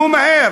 נו מהר,